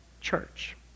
church